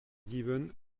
given